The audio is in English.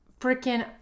freaking